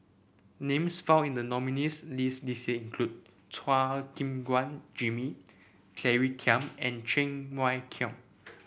names found in the nominees' list this year include Chua Gim Guan Jimmy Claire Tham and Cheng Wai Keung